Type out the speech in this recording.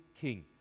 King